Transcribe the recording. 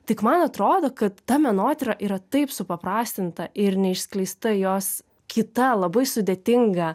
tik man atrodo kad ta menotyra yra taip supaprastinta ir neišskleista jos kita labai sudėtinga